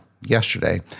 yesterday